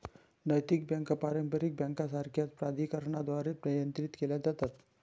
नैतिक बँका पारंपारिक बँकांसारख्याच प्राधिकरणांद्वारे नियंत्रित केल्या जातात